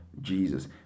Jesus